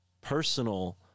personal